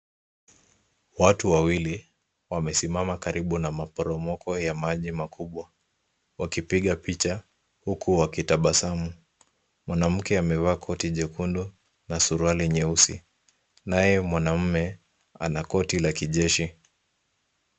Watu wawili wamesimama karibu na maporomoko maji yamakubwa wakipiga picha huku wakitabasamu. Mwanamke amevaa koti jekundu na suruali nyeusi naye mwanamme anakoti la kijeshi.